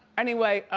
anyway,